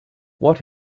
what